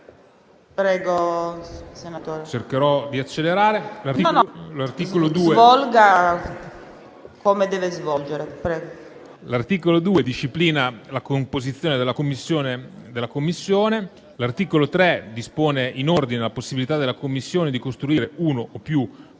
L'articolo 2 disciplina la composizione della Commissione. L'articolo 3 dispone, in ordine, la possibilità della Commissione di costituire uno o più